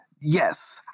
Yes